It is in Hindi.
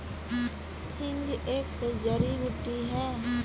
हींग एक जड़ी बूटी है